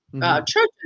churches